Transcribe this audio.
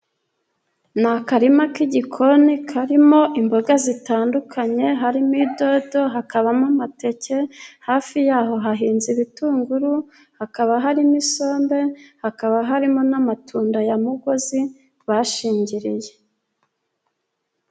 Ni akarima k'igikoni karimo imboga zitandukanye, harimo idodo, hakabamo amateke, hafi y'aho hahinze ibitunguru, hakaba harimo isombe, hakaba harimo n'amatunda ya mugozi bashingiriye.